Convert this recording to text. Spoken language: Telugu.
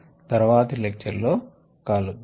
తర్వాతి లెక్చర్ లో కలుద్దాం